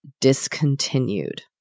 discontinued